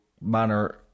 manner